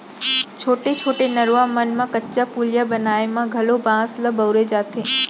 छोटे छोटे नरूवा मन म कच्चा पुलिया बनाए म घलौ बांस ल बउरे जाथे